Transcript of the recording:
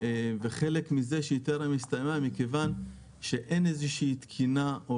וחלק מזה שהיא טרם הסתיימה זה מכיוון שאין איזה שהיא תקינה או